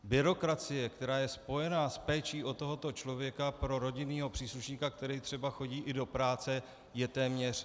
Byrokracie, která je spojena s péčí o tohoto člověka, pro rodinného příslušníka, který třeba chodí i do práce, je téměř....